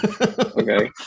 Okay